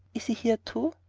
is he here too?